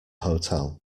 hotel